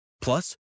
Plus